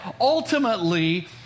ultimately